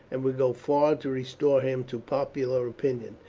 and would go far to restore him to popular opinion.